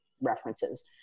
references